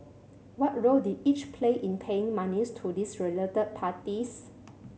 what role did each play in paying monies to these related parties